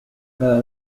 cada